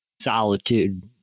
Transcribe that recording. solitude